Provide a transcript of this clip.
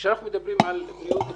כשאנחנו מדברים על בריאות,